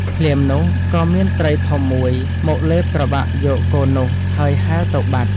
ភ្លាមនោះ ក៏មានត្រីធំមួយមកលេបត្របាក់យកកូននោះ ហើយហែលទៅបាត់។